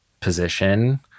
position